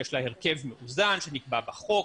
שיש לה הרכב מאוזן שנקבע בחוק,